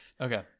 okay